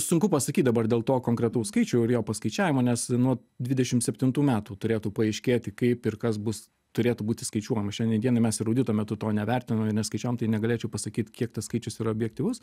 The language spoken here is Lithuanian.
sunku pasakyt dabar dėl to konkretaus skaičių ir jo paskaičiavimo nes nuo dvidešimt septintų metų turėtų paaiškėti kaip ir kas bus turėtų būti skaičiuojama šiandien dienai mes ir audito metu to nevertinom ir neskaičiavom tai negalėčiau pasakyt kiek tas skaičius yra objektyvus